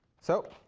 so,